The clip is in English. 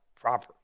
proper